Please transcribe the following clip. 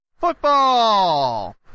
Football